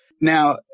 Now